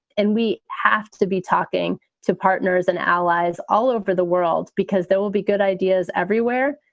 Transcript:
and we have to be talking to partners and allies all over the world because there will be good ideas everywhere.